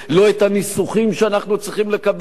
לא את הניסוחים שאנחנו צריכים לקבל,